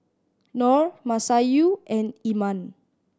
Nor Masayu and Iman